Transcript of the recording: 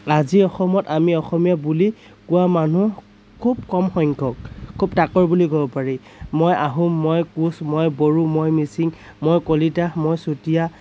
আজি অসমত আমি অসমীয়া বুলি কোৱা মানুহ খুব কম সংখ্যক খুব তাকৰ বুলি ক'ব পাৰি মই আহোম মই কোচ মই বড়ো মই মিচিং মই কলিতা মই চুতীয়া